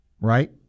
right